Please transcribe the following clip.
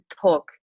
talk